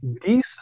decent